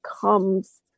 comes